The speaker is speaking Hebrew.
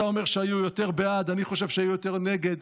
אתה אומר שהיו יותר בעד, אני חושב שהיו יותר נגד.